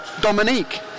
Dominique